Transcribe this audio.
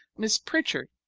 miss pritchard,